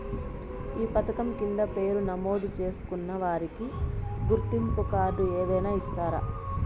ఈ పథకం కింద పేరు నమోదు చేసుకున్న వారికి గుర్తింపు కార్డు ఏదైనా ఇస్తారా?